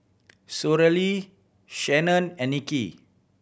Shannon and Nikki